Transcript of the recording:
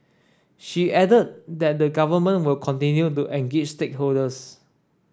she added that the government will continue to engage stakeholders